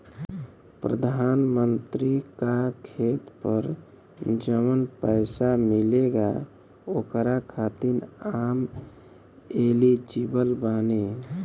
प्रधानमंत्री का खेत पर जवन पैसा मिलेगा ओकरा खातिन आम एलिजिबल बानी?